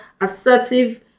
assertive